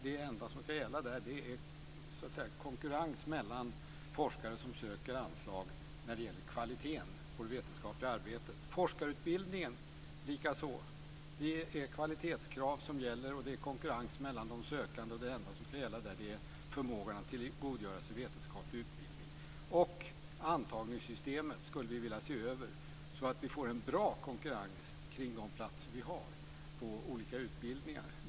Det enda som får gälla i fråga om konkurrens mellan forskare som söker anslag är kvaliteten i det vetenskapliga arbetet. Det är likaså kvalitetskrav i forskarutbildningen som gäller, och det enda som ska gälla i konkurrensen där är förmågan att tillgodogöra sig vetenskaplig utbildning. Vi skulle vilja se över antagningssystemet, så att det blir en bra konkurrens kring de platser som finns på olika utbildningar.